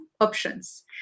options